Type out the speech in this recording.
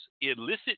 illicit